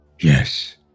Yes